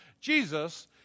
Jesus